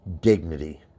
Dignity